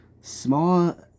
Small